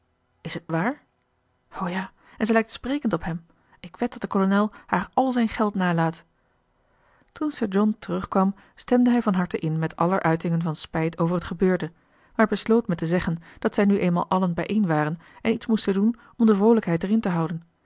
is het waar o ja en ze lijkt sprekend op hem ik wed dat de kolonel haar al zijn geld nalaat toen sir john terugkwam stemde hij van harte in met aller uitingen van spijt over het gebeurde maar besloot met te zeggen dat zij nu eenmaal allen bijeen waren en iets moesten doen om de vroolijkheid erin te houden